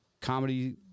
comedy